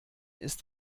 ist